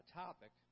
topic